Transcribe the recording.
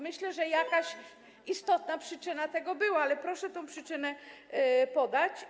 Myślę, że jakaś istotna przyczyna tego była, ale proszę tę przyczynę podać.